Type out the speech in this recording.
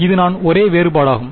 இது தான் ஒரே வேறுபாடாகும்